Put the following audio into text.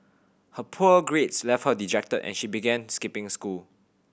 her poor grades left her dejected and she began skipping school